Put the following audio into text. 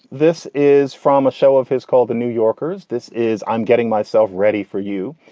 this is from a show of his called the new yorkers. this is i'm getting myself ready for you.